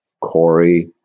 Corey